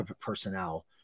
personnel